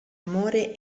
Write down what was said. amore